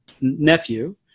nephew